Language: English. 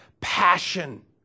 passion